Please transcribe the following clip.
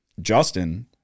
Justin